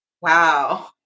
Wow